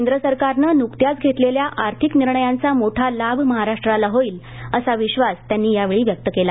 केंद्र सरकारनं नुकत्याच घेतलेल्या आर्थिक निर्णयांचा मोठा लाभ महाराष्ट्राला होईल असा विश्वास त्यांनी यावेळी व्यक्त केला